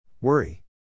Worry